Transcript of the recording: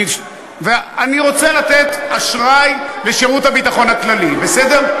אני רוצה לתת אשראי לשירות הביטחון הכללי, בסדר?